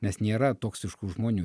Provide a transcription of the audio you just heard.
nes nėra toksiškų žmonių